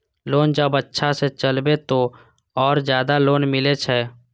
Loan जब अच्छा से चलेबे तो और ज्यादा लोन मिले छै?